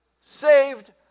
saved